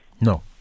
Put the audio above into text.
No